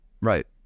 Right